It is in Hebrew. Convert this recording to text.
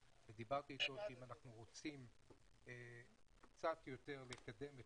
ודיברתי איתו שאם אנחנו רוצים קצת יותר לקדם את